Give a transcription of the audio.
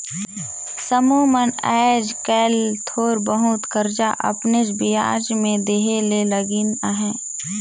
समुह मन आएज काएल थोर बहुत करजा अपनेच बियाज में देहे ले लगिन अहें